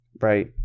right